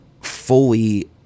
fully